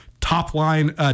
top-line